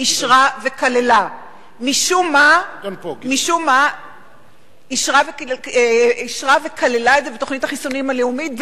אישרה וכללה את זה בתוכנית החיסונים הלאומית,